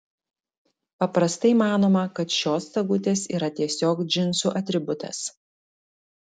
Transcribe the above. paprastai manoma kad šios sagutės yra tiesiog džinsų atributas